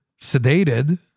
sedated